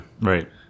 right